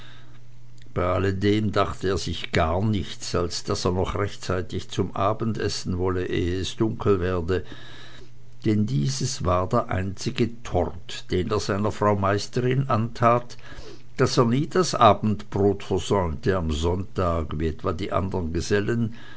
bei alledem dachte er sich gar nichts als daß er noch rechtzeitig zum abendessen wolle eh es dunkel werde denn dieses war der einzige tort den er seiner frau meisterin antat daß er nie das abendbrot versäumte am sonntag wie etwa die anderen gesellen